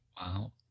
Wow